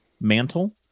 mantle